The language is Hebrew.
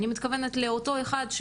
אני מתכוונת לאותו אחד,